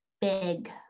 big